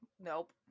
Nope